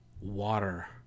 water